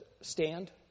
stand